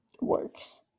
works